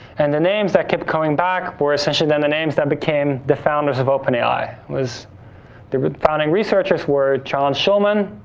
and the names that kept coming back were essentially then the names that became the founders of open ai. it was, they were the founding researchers were john schulman,